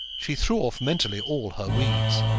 she threw off mentally all her weeds.